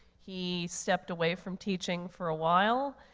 he stepped away from teaching for a while,